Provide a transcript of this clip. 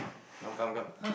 come come come